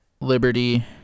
Liberty